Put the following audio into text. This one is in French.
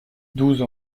douze